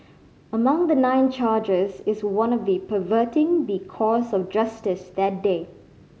among the nine charges is one of perverting the course of justice that day